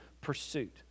pursuit